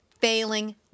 failing